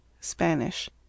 Spanish